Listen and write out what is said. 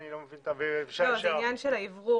זה בעיקר העניין של האוורור.